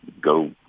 go